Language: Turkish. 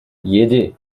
yedi